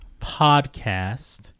podcast